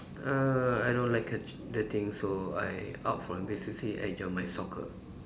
uh I don't like the thing so I out for N_P_C_C and join my soccer